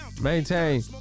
Maintain